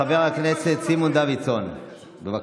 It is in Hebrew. חבר הכנסת סימון דווידסון, בבקשה.